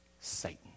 Satan